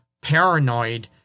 paranoid